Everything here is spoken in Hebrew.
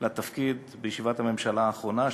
לתפקיד בישיבת הממשלה האחרונה,